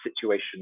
situation